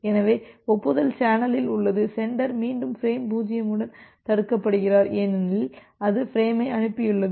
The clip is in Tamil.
எனவே ஒப்புதல் சேனலில் உள்ளது சென்டர் மீண்டும் பிரேம் 0 உடன் தடுக்கப்படுகிறார் ஏனெனில் அது பிரேமை அனுப்பியுள்ளது